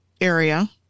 area